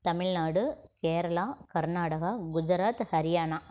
Tamil Nadu Kerala Karnataka Gujarat Haryana